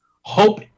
hope